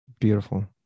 Beautiful